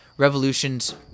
Revolutions